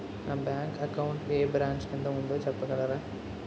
నా bank account ఏ branch కిందా ఉందో చెప్పగలరా?